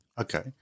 Okay